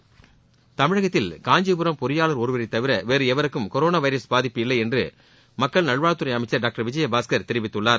காசி கிரிஜ் விஜயபாஸ்கர் தமிழகத்தில் காஞ்சிபுரம் பொறியாளர் ஒருவரை தவிர வேறு யாருக்கும் கொரோனா வைரஸ் பாதிப்பு இல்லை என்று மக்கள் நல்வாழ்வுத்துறை அமைச்சர் டாக்டர் விஜயபாஸ்கர் தெரிவித்துள்ளார்